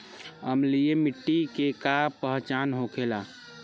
अम्लीय मिट्टी के का पहचान होखेला?